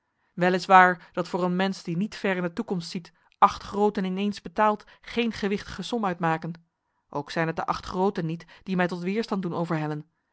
waar dat voor een mens die niet ver in de toekomst ziet acht groten ineens betaald geen gewichtige som uitmaken ook zijn het de acht groten niet die mij tot weerstand doen